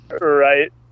Right